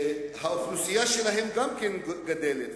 שהאוכלוסייה שלהם גם כן גדלה.